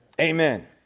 Amen